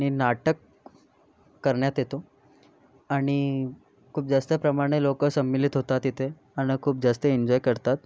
आणि नाटक करण्यात येतो आणि खूप जास्त प्रमाणे लोकं संमिलित होतात इथे अन् खूप जास्त एन्जॉय करतात